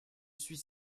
suis